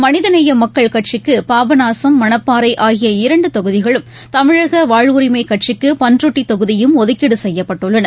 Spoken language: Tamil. மனிதநேய மக்கள் கட்சிக்கு பாபநாசம் மணப்பாறை ஆகிய இரண்டு தொகுதிகளும் தமிழக வாழ்வுரிமை கட்சிக்கு பண்ருட்டி தொகுதியும் ஒதுக்கீடு செய்யப்பட்டுள்ளன